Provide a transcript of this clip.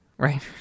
Right